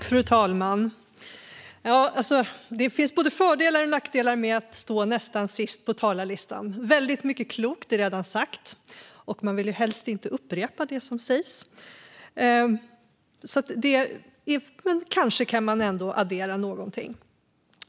Fru talman! Det finns både fördelar och nackdelar med att stå nästan sist på talarlistan. Väldigt mycket klokt är redan sagt, och man vill ju helst inte upprepa det som sägs. Men kanske kan man addera någonting.